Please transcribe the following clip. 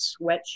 sweatshirt